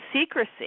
secrecy